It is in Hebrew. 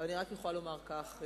אבל אני רק יכולה לומר כך,